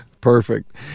Perfect